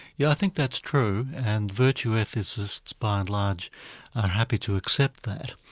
yeah i think that's true, and virtue ethicists by and large are happy to accept that.